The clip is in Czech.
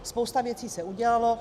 Spousta věcí se udělalo.